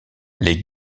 les